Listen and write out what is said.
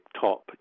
top